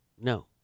No